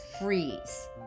freeze